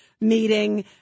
meeting